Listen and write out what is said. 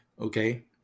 okay